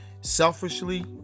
selfishly